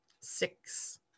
six